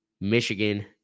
Michigan